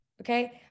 okay